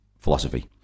philosophy